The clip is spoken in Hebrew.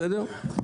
בסדר?